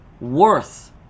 worth